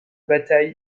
bataille